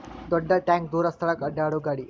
ದೊಡ್ಡ ಟ್ಯಾಂಕ ದೂರ ಸ್ಥಳಕ್ಕ ಅಡ್ಯಾಡು ಗಾಡಿ